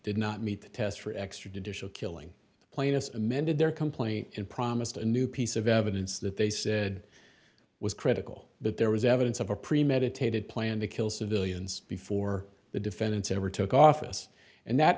did not meet the test for extradition killing the plainest amended their complaint and promised a new piece of evidence that they said was critical but there was evidence of a premeditated planned to kill civilians before the defendants ever took office and that